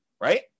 Right